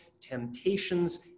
temptations